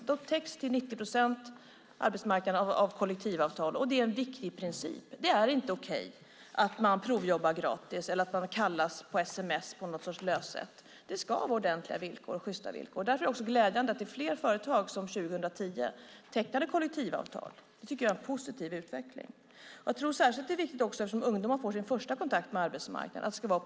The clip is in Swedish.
Arbetsmarknaden täcks till 90 procent av kollektivavtal, och det är en viktig princip. Det är inte okej att ungdomar provjobbar gratis eller lite löst kallas på sms. Det ska vara ordentliga och sjysta villkor. Därför är det glädjande att fler företag tecknade kollektivavtal 2010. Det är en positiv utveckling. Det är särskilt viktigt att det är bra eftersom det är ungdomars första kontakt med arbetsmarknaden.